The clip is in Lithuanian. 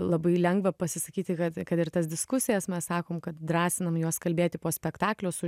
labai lengva pasisakyti kad kad ir tas diskusijas mes sakom kad drąsinam juos kalbėti po spektaklio su